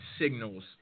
signals